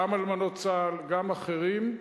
גם אלמנות צה"ל וגם אחרים,